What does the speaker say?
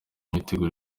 myiteguro